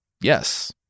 Yes